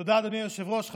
אדוני היושב-ראש.